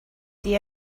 the